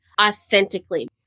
authentically